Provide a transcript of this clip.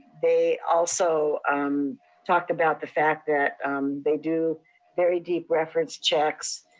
they also talked about the fact that they do very deep reference checks.